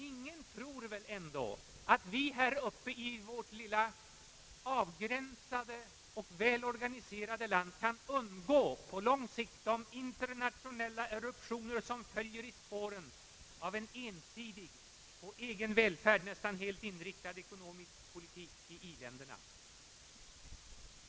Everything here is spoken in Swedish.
Ingen tror väl ändå att vi här uppe i vårt lilla avgränsade och väl organiserade land på lång sikt kan undgå de internationella eruptioner som följer i spåren av en ensidig och på egen välfärd nästan helt inriktad ekonomisk politik i i-länderna.